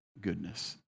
goodness